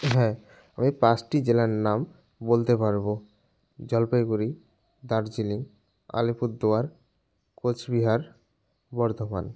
হ্যাঁ আমি পাঁচটি জেলার নাম বলতে পারবো জলপাইগুড়ি দার্জিলিং আলিপুরদুয়ার কোচবিহার বর্ধমান